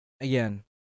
Again